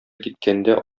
киткәндә